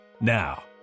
Now